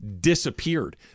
disappeared